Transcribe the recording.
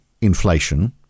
inflation